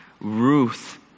Ruth